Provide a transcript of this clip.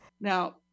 Now